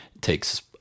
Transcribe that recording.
takes